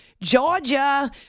Georgia